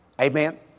Amen